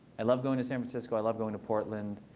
i love going to san francisco. i love going to portland.